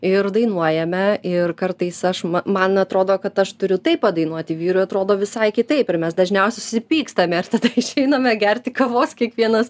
ir dainuojame ir kartais aš ma man atrodo kad aš turiu tai padainuoti vyrui atrodo visai kitai ir mes dažniausiai susipykstame ir tada išeiname gerti kavos kiekvienas